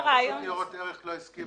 רשות ניירות ערך לא הסכימה.